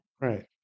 Right